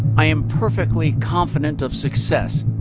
i am perfectly confident of success.